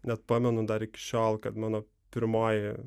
net pamenu dar iki šiol kad mano pirmoji